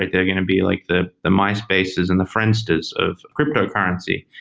like they're going to be like the the myspace, as in the friendsters of cryptocurrency.